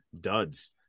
duds